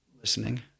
listening